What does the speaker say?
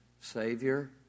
savior